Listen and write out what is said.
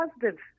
positive